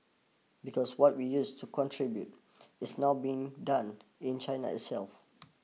because what we used to contribute is now being done in China itself